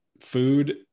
food